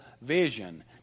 vision